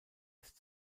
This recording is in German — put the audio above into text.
ist